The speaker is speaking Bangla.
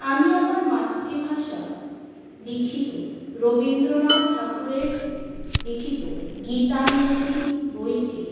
আমি আমার মাতৃভাষায় লিখিত রবীন্দ্রনাথ ঠাকুরের লিখিত গীতাঞ্জলি বইটি